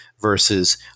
versus